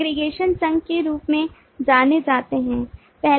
aggregation संघ के रूप में जाने जाते हैं